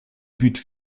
but